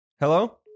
Hello